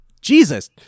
Jesus